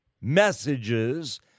messages